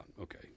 Okay